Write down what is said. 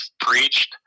preached